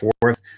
fourth